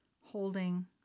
holding